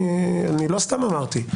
לא סתם אמרתי.